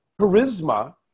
charisma